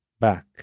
back